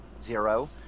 Zero